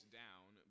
down